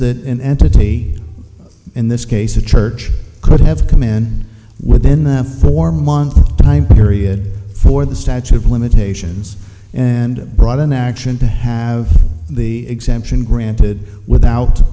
that an entity in this case the church could have come in within the four month time period for the statute of limitations and brought an action to have the exemption granted without